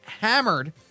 hammered